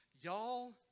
Y'all